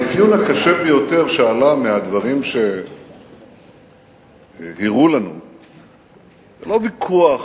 האפיון הקשה ביותר שעלה מהדברים שהראו לנו זה לא ויכוח